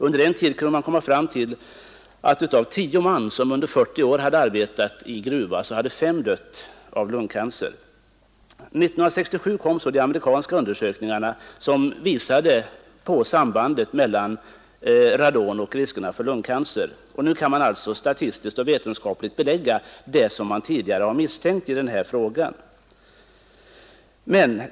Under en tid kunde man finna att av 10 man, som under 40 år hade arbetat i gruva, hade 5 dött av lungcancer. År 1967 kom så de amerikanska undersökningarna, som visade sambandet mellan radon och riskerna för lungcancer. Nu kan man alltså statistiskt och vetenskapligt belägga det som man tidigare har misstänkt i den här frågan.